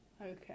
Okay